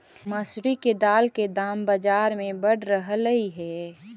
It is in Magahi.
मसूरी के दाल के दाम बजार में बढ़ रहलई हे